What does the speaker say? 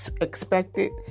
expected